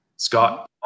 Scott